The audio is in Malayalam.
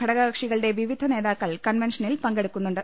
ഘടകകക്ഷികളുടെ വിവിധ നേതാക്കൾ കൺവെൻഷനിൽ പങ്കെടുക്കുന്നുണ്ട്